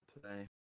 play